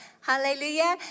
hallelujah